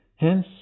Hence